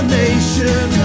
nation